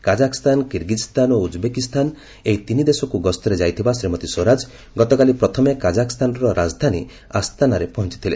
Kazakhstan Kyrgyzstan ଓ Uzbekistan ଏହି ତିନିଦେଶକୁ ଗସ୍ତରେ ଯାଇଥିବା ଶ୍ରୀମତୀ ସ୍ୱରାଜ ଗତକାଲି ପ୍ରଥମେ କାଜ୍ରାକସ୍ଥାନର ରାଜଧାନୀ ଅସ୍ଥାନାରେ ପହଞ୍ଚଥିଲେ